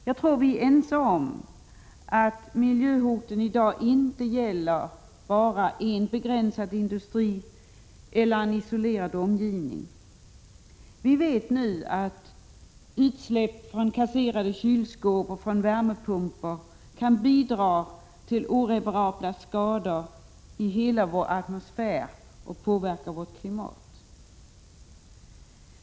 Jag tror vi är ense om att miljöhoten i dag inte finns bara inom vissa industrier eller på vissa isolerade platser. Vi vet nu att utsläpp från kasserade kylskåp och från värmepumpar kan bidra till oreparabla skador i vår atmosfär och påverka vårt klimat.